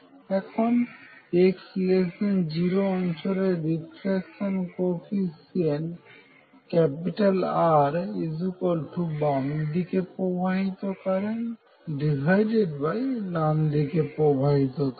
এখন x0 অঞ্চলে reflection কোইফিশিয়েন্টের Rবামদিকে প্রবাহিত কারেন্ট ডানদিকে প্রবাহিত কারেন্ট